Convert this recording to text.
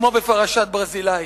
כמו בפרשת "ברזילי".